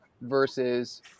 versus